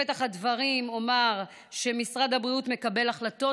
בפתח הדברים אומר שמשרד הבריאות מקבל החלטות